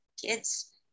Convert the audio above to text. kids